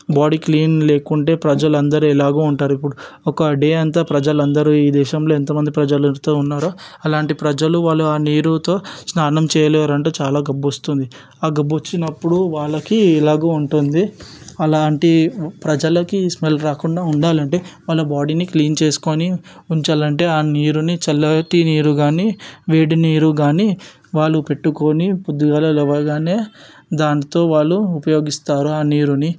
body clean లేకుంటే ప్రజలందరూ ఎలాగో ఉంటారు ఇప్పుడు ఒక డే అంతా ప్రజలందరూ ఈ దేశంలో ఎంతమంది ప్రజలు అంతా ఉన్నారో అలాంటి ప్రజలు వాళ్ళు ఆ నీరుతో స్నానం చేయలేరంటే చాలా గబ్బు వస్తుంది ఆ గబ్బు వచ్చినప్పుడు వాళ్లకి ఎలాగో ఉంటుంది అలాంటి ప్రజలకి స్మెల్ రాకుండా ఉండాలంటే వాళ్ళు బాడీని క్లీన్ చేసుకుని ఉంచాలంటే ఆ నీరుని చల్లటి నీరు కాని వేడి నీరు కానీ వాళ్ళు పెట్టుకుని పొద్దుగాల లేవగానే దానితో వాళ్ళు ఉపయోగిస్తారు ఆ నీరుని